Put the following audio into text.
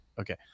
Okay